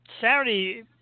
Saturday